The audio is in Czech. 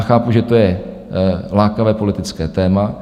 Chápu, že to je lákavé politické téma.